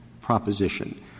proposition